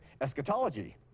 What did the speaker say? eschatology